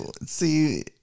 See